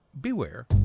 beware